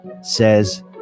says